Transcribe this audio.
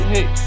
Hey